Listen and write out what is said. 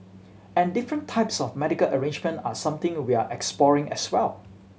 and different types of medical arrangement are something we're exploring as well